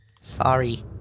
Sorry